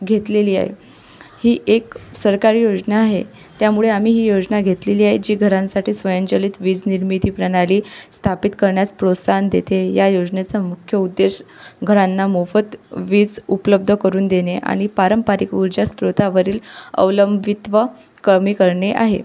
घेतलेली आहे ही एक सरकारी योजना आहे त्यामुळे आम्ही ही योजना घेतलेली आहे जी घरांसाठी स्वयंचलित वीज निर्मिती प्रणाली स्थापित करण्यास प्रोत्साहन देते या योजनेचा मुख्य उद्देश घरांना मोफत वीज उपलब्ध करून देणे आणि पारंपरिक ऊर्जा स्त्रोतावरील अवलंबित्व कमी करणे आहे